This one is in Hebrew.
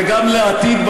וגם לעתיד,